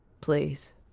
please